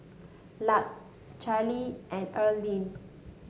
Lark Carlie and Erline